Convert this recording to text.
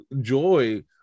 joy